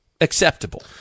acceptable